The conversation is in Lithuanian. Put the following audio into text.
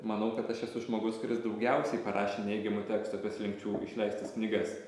manau kad aš esu žmogus kuris daugiausiai parašė neigiamų tekstų apie slinkčių išleistas knygas